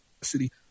City